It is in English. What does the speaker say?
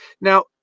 now